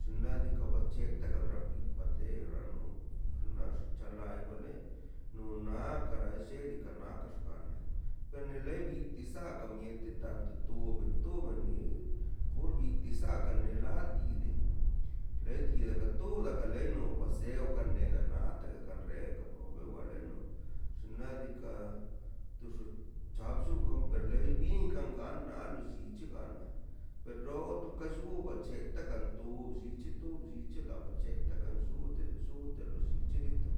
Xinḻa diikaꞌ bac̱he takan ra mju pate rrano xnaꞌ xta ḻai waḻe no naa kara lle diikaꞌ na kan xgaṉo perne ḻe bi tisaꞌ kan miete tanto to- tobu ḻe torbi tisaꞌ kane ḻaaati de ḻeidie katob daa kaleno baseo kanea naate kanrre ka pro bu rrua leno xnaꞌ diikaꞌ tu xu chap llu kamper ḻei bin kangana lo llich ganaꞌ per xo kato xu bacheta kantu bllin c̱he tu bllin c̱he ḻa bachetaꞌ kanllúute lluúute lolli c̱hereto